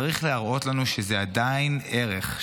צריך להראות לנו שזה עדיין ערך,